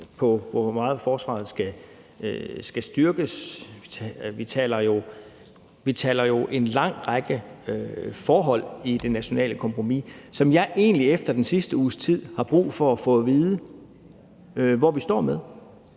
om, hvor meget forsvaret skal styrkes. Vi taler jo om en lang række forhold i det nationale kompromis, som jeg egentlig efter den sidste uges tid har brug for at få at vide hvor vi står med.